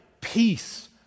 peace